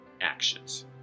actions